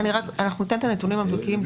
אנחנו ניתן את הנתונים המדויקים,